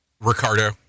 Ricardo